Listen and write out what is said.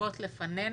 רבות לפנינו.